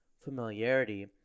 familiarity